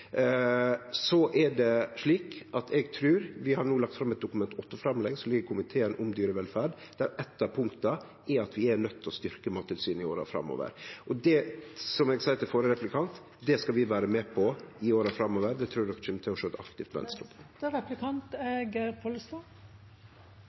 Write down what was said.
Vi har no lagt fram eit Dokument 8-framlegg, som ligg i komiteen, om dyrevelferd, der eitt av punkta er at vi er nøydde til å styrkje Mattilsynet i åra framover. Og som eg sa til førre replikant, det skal vi vere med på i åra framover. Det vart sagt i innlegget at dyrevelferd må verta eit